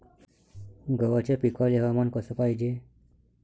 गव्हाच्या पिकाले हवामान कस पायजे?